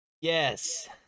Yes